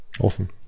awesome